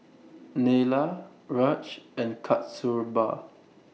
Neila Raj and Kasturba